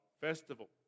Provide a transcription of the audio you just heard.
festival